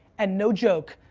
and no joke,